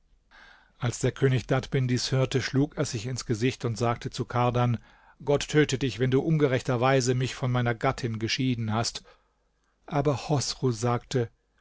als der könig dadbin dies hörte schlug er sich ins gesicht und sagte zu kardan gott töte dich wenn du ungerechterweise mich von meiner gattin geschieden hast aber chosru sagte